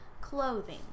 clothing